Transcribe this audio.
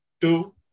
two